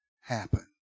happen